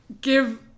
give